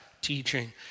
teaching